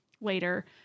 later